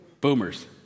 Boomers